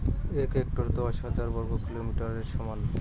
এক হেক্টর দশ হাজার বর্গমিটারের সমান